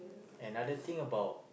another thing about